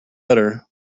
udder